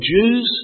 Jews